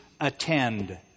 attend